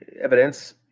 evidence